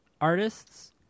artists